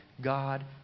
God